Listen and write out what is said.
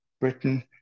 Britain